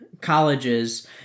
colleges